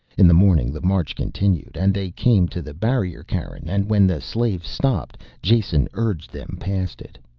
in the morning the march continued and they came to the barrier cairn, and when the slaves stopped jason urged them past it.